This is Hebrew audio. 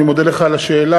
אני מודה לך על השאלה.